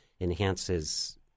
enhances